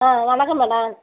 ஆ வணக்கம் மேடம்